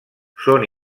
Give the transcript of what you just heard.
són